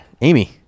Amy